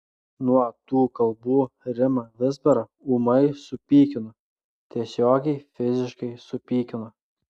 nuo tų kalbų rimą vizbarą ūmai supykino tiesiogiai fiziškai supykino